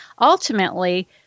ultimately